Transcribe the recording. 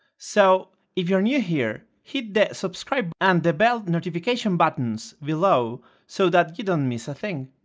so, if you are new here hit the subscribe and the bell notification buttons below so that you don't miss a thing!